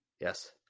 Yes